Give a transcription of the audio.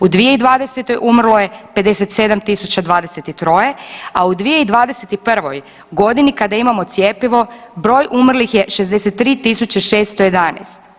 U 2020. umrlo je 57.023, a u 2021. godini kada imamo cjepivo broj umrlih je 63.611.